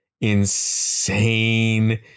Insane